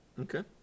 Okay